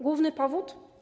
Główny powód?